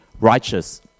righteous